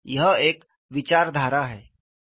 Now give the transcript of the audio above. यहाँ एक विचारधारा है